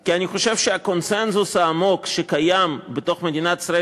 כי אני חושב שהקונסנזוס העמוק שקיים בתוך מדינת ישראל